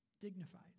dignified